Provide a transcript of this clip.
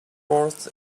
forth